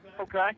Okay